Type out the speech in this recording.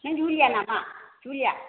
नों जुलिया नामा जुलिया